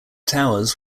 towers